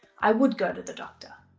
i would go to the doctor.